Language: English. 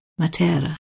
Matera